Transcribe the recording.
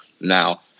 Now